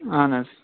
اَہن حظ